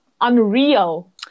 unreal